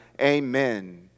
Amen